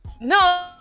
No